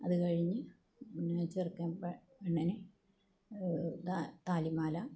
അതുകഴിഞ്ഞ് പിന്നെ ചെറുക്കൻ പെണ്ണിനെ താലിമാല